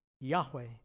Yahweh